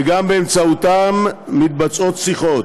וגם באמצעותם מתבצעות שיחות.